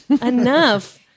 enough